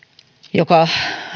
joka